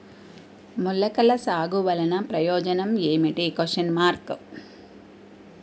మొలకల సాగు వలన ప్రయోజనం ఏమిటీ?